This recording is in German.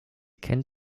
kennt